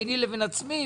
ביני לבין עצמי,